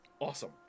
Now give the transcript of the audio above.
awesome